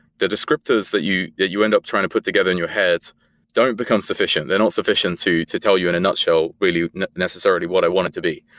the descriptors that you you end up trying to put together in your head don't become sufficient. they don't sufficient to to tell you in a nutshell really necessarily what i wanted to be.